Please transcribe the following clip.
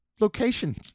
location